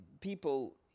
people